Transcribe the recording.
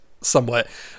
somewhat